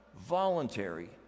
voluntary